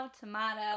tomato